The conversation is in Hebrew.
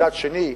מצד שני,